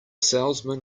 salesman